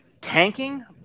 tanking